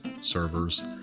servers